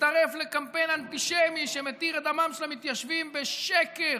להצטרף לקמפיין אנטישמי שמתיר את דמם של המתיישבים בשקר